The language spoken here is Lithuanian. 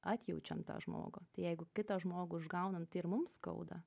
atjaučiam tą žmogų tai jeigu kitą žmogų užgaunam tai ir mum skauda